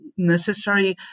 necessary